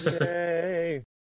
yay